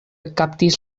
ekkaptis